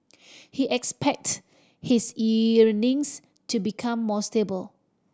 he expects his earnings to become more stable